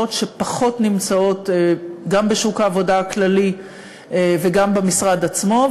שפחות נמצאות גם בשוק העבודה הכללי וגם במשרד עצמו,